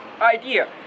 idea